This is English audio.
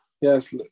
yes